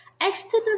External